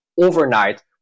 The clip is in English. overnight